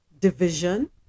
division